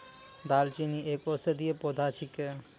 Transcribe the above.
दालचीनी एक औषधीय पौधा छिकै